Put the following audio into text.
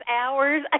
hours